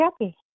happy